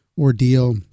ordeal